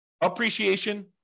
appreciation